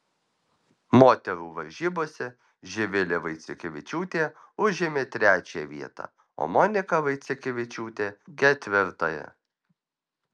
moterų varžybose živilė vaiciukevičiūtė užėmė trečiąją vietą o monika vaiciukevičiūtė ketvirtąją